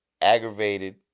Aggravated